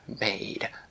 made